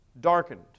darkened